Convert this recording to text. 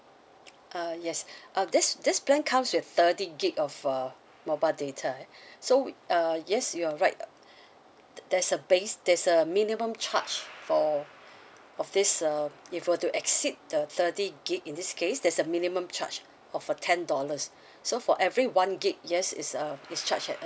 uh yes uh this this plan comes with thirty gig of uh mobile data so we uh yes you are right uh there's a base there's a minimum charge for of this uh if you were to exceed the thirty gig in this case there's a minimum charge of a ten dollars so for every one gig yes it's uh it's charged at